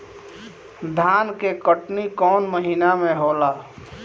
धान के कटनी कौन महीना में होला?